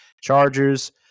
Chargers